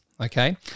okay